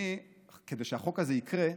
כדי שהחוק הזה יקרה,